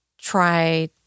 try